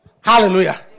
hallelujah